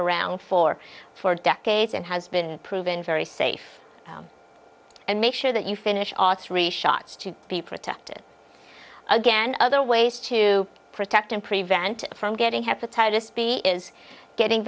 around for for decades and has been proven very safe and make sure that you finish are three shots to be protected again other ways to protect and prevent from getting hepatitis b is getting